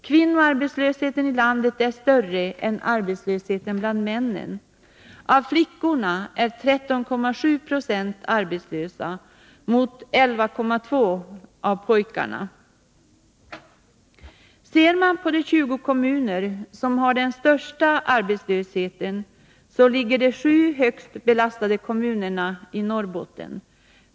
Kvinnoarbetslösheten i landet är större än arbetslösheten bland männen. 13,7 96 av flickorna är arbetslösa mot 11,2 2 av pojkarna. Ser man på de 20 kommuner som har den största arbetslösheten finner man att de sju högst belastade kommunerna ligger i Norrbotten.